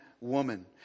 woman